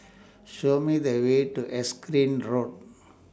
Show Me The Way to Erskine Road